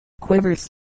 quivers